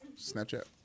Snapchat